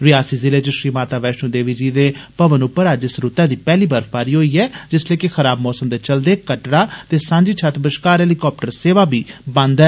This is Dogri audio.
रियासी जिले च श्री माता वैश्णो देवी जी दे भवन पर अज्ज इस रुत्तै दी पैहली बर्फबारी होई ऐ जिस्सले कि खराब मौसम दे चलदे कटड़ा ते सांझीछत बष्कार हेलीकाप्टर सेवा बी बंद ऐ